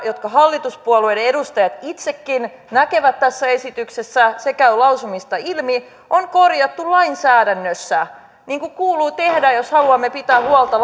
jotka hallituspuolueiden edustajat itsekin näkevät tässä esityksessä se käy lausumista ilmi on korjattu lainsäädännössä niin kuin kuuluu tehdä jos haluamme pitää huolta